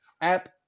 app